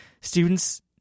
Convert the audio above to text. students